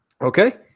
okay